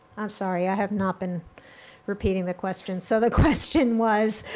i'm sorry, i have not been repeating the questions. so the question was,